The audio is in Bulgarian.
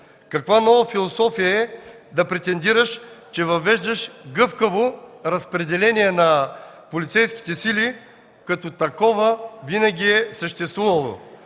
Каква нова философия е да претендираш, че въвеждаш гъвкаво разпределение на полицейските сили, като такова винаги е съществувало.